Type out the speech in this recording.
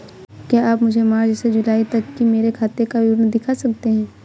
क्या आप मुझे मार्च से जूलाई तक की मेरे खाता का विवरण दिखा सकते हैं?